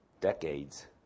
decades